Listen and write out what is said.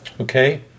Okay